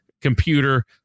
computer